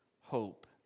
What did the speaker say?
hope